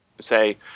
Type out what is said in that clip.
Say